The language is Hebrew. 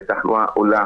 שהתחלואה עולה